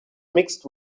mixed